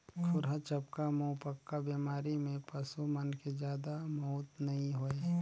खुरहा चपका, मुहंपका बेमारी में पसू मन के जादा मउत नइ होय